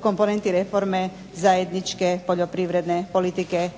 komponentni reforme zajedničke poljoprivredne politike